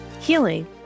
healing